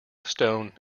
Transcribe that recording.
stone